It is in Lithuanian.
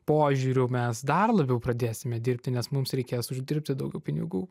požiūriu mes dar labiau pradėsime dirbti nes mums reikės uždirbti daugiau pinigų